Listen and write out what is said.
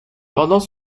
pendant